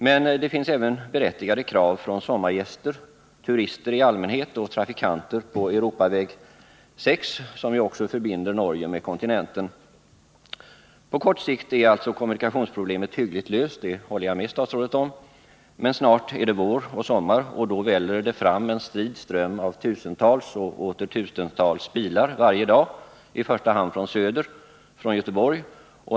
Men det finns även berättigade krav från sommargäster, turister i allmänhet och trafikanter på Europaväg 6, som ju också förbinder Norge med kontinenten. På kort sikt är alltså kommunikationsproblemet hyggligt löst — det håller jag med statsrådet om. Men snart är det vår och sommar, och då väller det fram en strid ström av tusentals och åter tusentals bilar varje dag, i första hand från söder — från Göteborg.